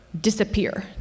disappear